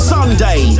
Sunday